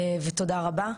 ותודה רבה.